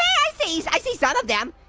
i see i see some of them.